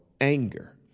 anger